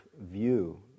view